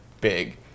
big